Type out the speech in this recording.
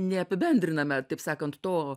ne apibendriname taip sakant to